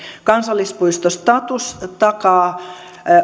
kansallispuistostatus takaa